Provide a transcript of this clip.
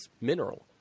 mineral